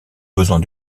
besoins